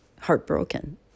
heartbroken